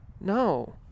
No